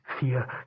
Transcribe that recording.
fear